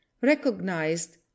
recognized